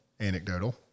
anecdotal